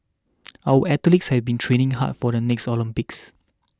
our athletes have been training hard for the next Olympics